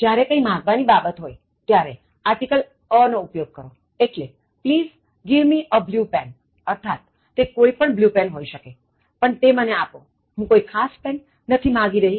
જ્યારે કંઈ માગવાની બાબત હોયત્યારે આર્ટિકલ a નો ઉપયોગ કરોએટલે please give me a blue penઅર્થાતતે કોઇ પણ બ્લ્યુ પેન હોઇ શકેપણ તે મને આપોહું કોઇ ખાસ પેન નથી માગી રહી